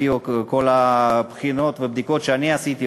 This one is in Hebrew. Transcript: לפי כל הבחינות והבדיקות שאני עשיתי,